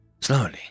Slowly